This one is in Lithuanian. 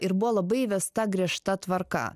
ir buvo labai įvesta griežta tvarka